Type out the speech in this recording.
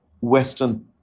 Western